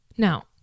Now